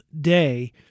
day